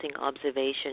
observation